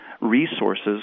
resources